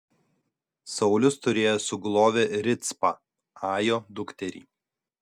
saulius turėjo sugulovę ricpą ajo dukterį